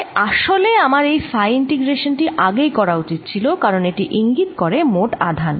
তাই আসলে আমার এই ফাই ইন্টিগ্রেশান টি আগেই করা উচিত ছিল কারণ এটি ইঙ্গিত করে মোট আধান